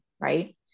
right